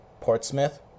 Portsmouth